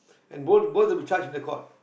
and both both will be charged in the court